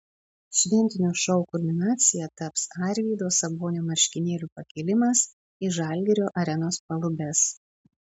šventinio šou kulminacija taps arvydo sabonio marškinėlių pakėlimas į žalgirio arenos palubes